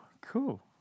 Cool